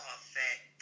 effect